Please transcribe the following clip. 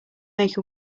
make